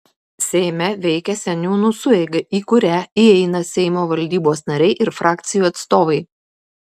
seime veikia seniūnų sueiga į kurią įeina seimo valdybos nariai ir frakcijų atstovai